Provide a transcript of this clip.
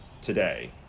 today